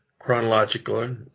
Chronologically